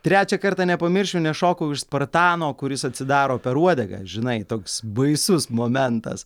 trečią kartą nepamiršiu nes šokau iš spartano kuris atsidaro per uodegą žinai toks baisus momentas